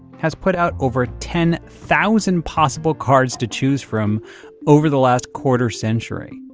has put out over ten thousand possible cards to choose from over the last quarter-century.